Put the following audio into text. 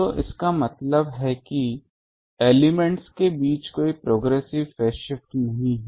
तो इसका मतलब है कि एलिमेंट्स के बीच कोई प्रोग्रेसिव फेज नहीं है